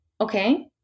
Okay